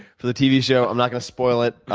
for the tv show. i'm not gonna spoil it,